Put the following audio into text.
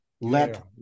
let